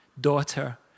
daughter